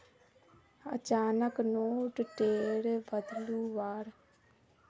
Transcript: अचानक नोट टेर बदलुवार ख़बर पुरा बाजारेर लोकोत तितर बितर करे दिलए